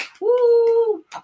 Woo